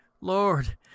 Lord